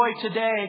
today